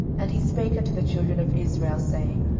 and he spake unto the children of israel, saying,